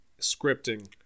scripting